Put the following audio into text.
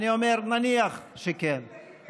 נניח שכן,